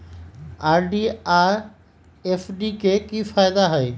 RD आ FD के कि फायदा हई?